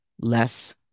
less